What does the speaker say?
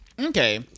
Okay